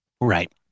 Right